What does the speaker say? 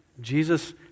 Jesus